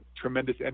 tremendous